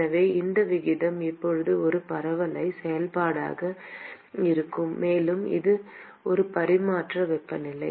எனவே இந்த விகிதம் இப்போது ஒரு பரவளையச் செயல்பாடாக இருக்கும் மேலும் இது ஒரு பரிமாணமற்ற வெப்பநிலை